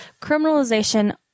criminalization